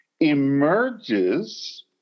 emerges